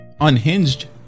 Unhinged